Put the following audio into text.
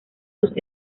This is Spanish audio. sus